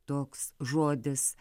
toks žodis